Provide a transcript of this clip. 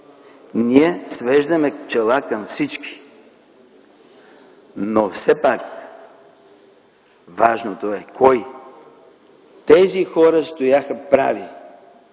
Ние свеждаме чела към всички, но все пак важното е кой. Тези хора стояха прави,